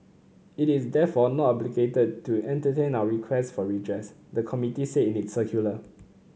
it is therefore not obligated to entertain our requests for redress the committee said in its circular